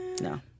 No